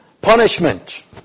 Punishment